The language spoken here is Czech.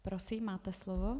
Prosím, máte slovo.